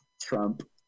Trump